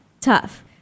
tough